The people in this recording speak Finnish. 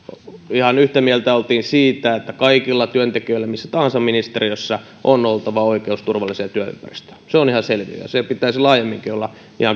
ihan yhtä mieltä oltiin siitä että kaikilla työntekijöillä missä tahansa ministeriössä on oltava oikeus turvalliseen työympäristöön se on ihan selviö ja sen pitäisi laajemminkin olla ihan